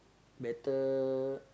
better